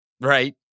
right